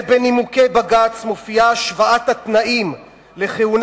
ובנימוקי בג"ץ מופיעה השוואת התנאים לכהונה